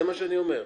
זה מה שאני אומר,